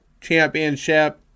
championship